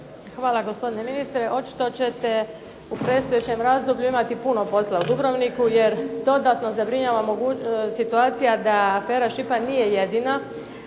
Hvala gospodine ministre. Očito ćete u predstojećem razdoblju imati puno posla u Dubrovniku, jer dodatno zabrinjava mogućnost, situacija da afera Šipad nije jedina,